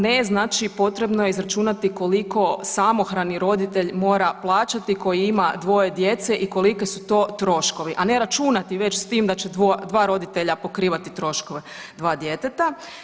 Ne, znači potrebno je izračunati koliko samohrani roditelj mora plaćati koji ima dvoje djece i koliki su to troškovi, a ne računati već s tim da će dva roditelja pokrivati troškove dva djeteta.